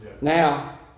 Now